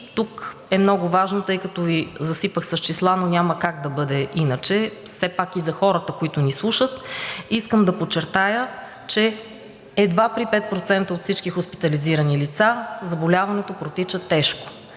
Тук е много важно, тъй като Ви засипах с числа, но няма как да бъде иначе, все пак и за хората, които ни слушат, искам да подчертая, че едва при 5% от всички хоспитализирани лица заболяването протича тежко.